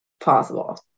possible